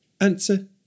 Answer